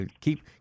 keep